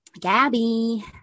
Gabby